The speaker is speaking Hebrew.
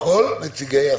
כל נציגי הסיעות.